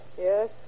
Yes